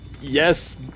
yes